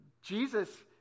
Jesus